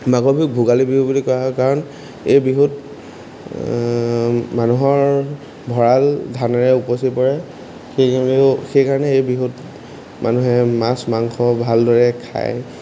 মাঘৰ বিহুক ভোগালী বিহু বুলি কোৱা হয় কাৰণ এই বিহুত মানুহৰ ভঁৰাল ধানেৰে উপচি পৰে সেইকাৰণেও সেইকাৰণে এই বিহুত মানুহে মাছ মাংস ভালদৰে খায়